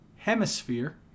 hemisphere